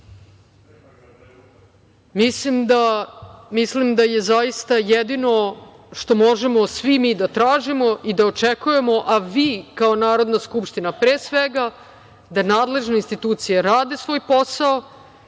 Đilas. Mislim da je zaista jedino što možemo svi mi da tražimo i da očekujemo, a vi kao Narodna skupština, pre svega, da nadležne institucije rade svoj posao,